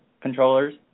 controllers